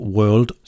World